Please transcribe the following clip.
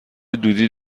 دودی